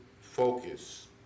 Focus